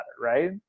right